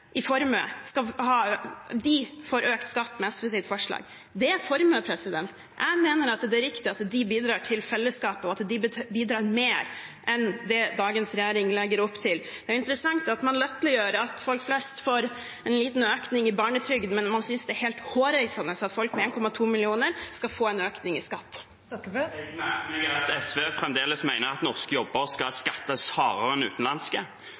får økt skatt med SVs forslag. Det er formue. Jeg mener det er riktig at de bidrar til fellesskapet, og at de bidrar mer enn det dagens regjering legger opp til. Det er interessant at man latterliggjør at folk flest får en liten økning i barnetrygden, mens man synes det er helt hårreisende at folk med 1,2 mill. kr i formue skal få en økning i skatt. Jeg merker meg at SV fremdeles mener at norske jobber skal skattes hardere enn utenlandske.